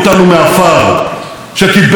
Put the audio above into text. שקיבץ אותנו מ-70 גלויות.